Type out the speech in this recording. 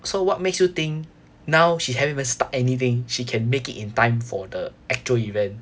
so what makes you think now she haven't even start anything she can make it in time for the actual event